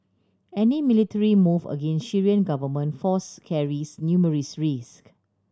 any military move against Syrian government force carries numerous risk